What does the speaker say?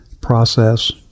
process